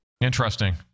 Interesting